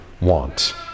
want